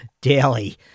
daily